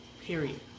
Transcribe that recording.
Period